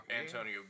Antonio